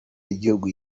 y’igihugu